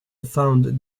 found